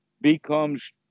becomes